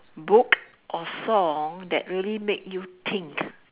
book or song that really make you think